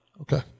okay